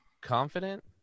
confident